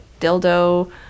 dildo